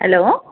hello